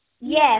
Yes